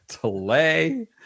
delay